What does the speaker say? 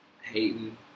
hating